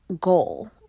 goal